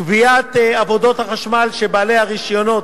קביעת עבודות החשמל שבעלי הרשיונות